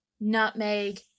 nutmeg